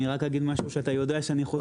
אני רק אגיד משהו שאתה יודע שאני חושב.